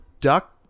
duck